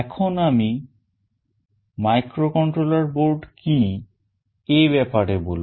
এখন আমি microcontroller board কি এ ব্যাপারে বলব